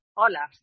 Hola